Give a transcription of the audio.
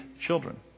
children